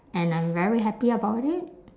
and I'm very happy about it